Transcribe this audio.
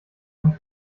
und